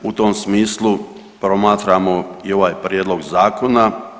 U tom smislu promatramo i ovaj prijedlog zakona.